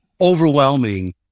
overwhelming